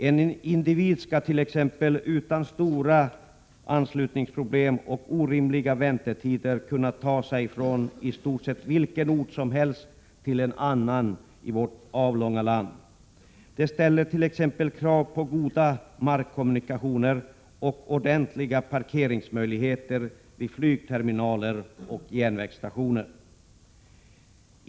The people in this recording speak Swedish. En individ skall t.ex. utan stora anslutningsproblem och orimliga väntetider kunna ta sig från i stort sett vilken ort som helst till en annan i vårt avlånga land. Detta ställer t.ex. krav på goda markkommunikationer och ordentliga parkeringsmöjligheter vid flygterminaler och järnvägsstationer.